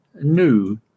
new